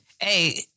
Hey